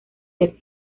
del